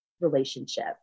relationship